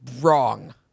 wrong